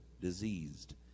diseased